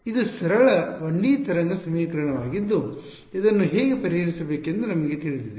ಇದು ಸರಳ 1D ತರಂಗ ಸಮೀಕರಣವಾಗಿದ್ದು ಅದನ್ನು ಹೇಗೆ ಪರಿಹರಿಸಬೇಕೆಂದು ನಮಗೆ ತಿಳಿದಿದೆ